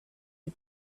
you